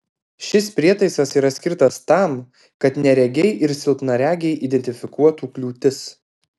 šis prietaisas yra skirtas tam kad neregiai ir silpnaregiai identifikuotų kliūtis